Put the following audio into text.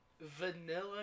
vanilla